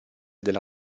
della